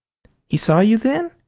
he saw you, then?